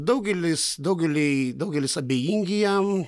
daugelis daugelį daugelis abejingi jam